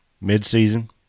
mid-season